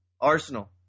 Arsenal